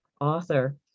author